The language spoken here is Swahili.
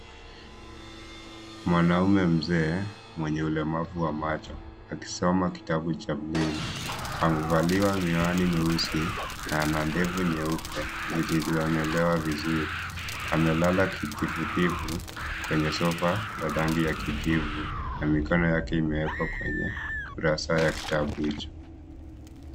Mwanaume mzee mwenye ulemvu wa macho akisoma kitabu cha breile, amevalia miwani meusi na ana ndevu nyeupe zilizonyolewa vizuri, amelala kitifutifu kwenye sofa la rangi ya kijivu na mikono yake imewekwa kwenye kurasa ya kitabu hicho.